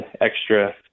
extra